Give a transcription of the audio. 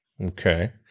Okay